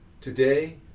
Today